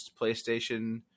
PlayStation